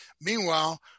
Meanwhile